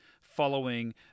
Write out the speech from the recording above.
following